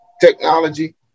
technology